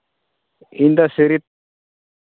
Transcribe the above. ᱤᱧᱫᱚ ᱥᱤᱨᱤᱯ